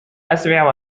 أسرع